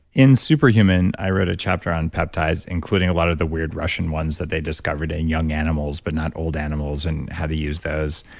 in super human, i read a chapter on peptides including a lot of the weird russian ones that they discovered in young animals, but not old animals and how to use those.